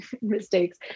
mistakes